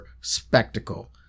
spectacle